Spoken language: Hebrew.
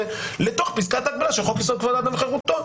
לתוך פסקת הגבלה של חוק-יסוד: כבוד האדם וחירותו,